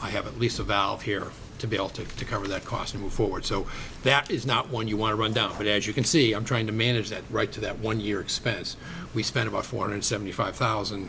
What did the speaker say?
i have a lease a valve here to be able to cover that cost move forward so that is not one you want to run down but as you can see i'm trying to manage that right to that one year expense we spent about four hundred seventy five thousand